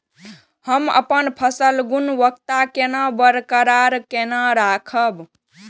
हम अपन फसल गुणवत्ता केना बरकरार केना राखब?